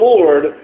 Lord